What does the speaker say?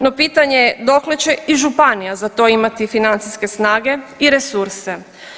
No, pitanje, dokle će i županija za to imati financijske snage i resurse?